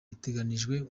biteganijwe